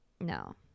No